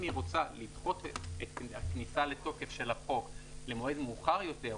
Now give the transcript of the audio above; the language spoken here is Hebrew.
אם היא רוצה לדחות את הכניסה לתוקף של החוק למועד מאוחר יותר,